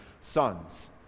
sons